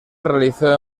realizó